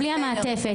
בלי המעטפת.